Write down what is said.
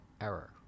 error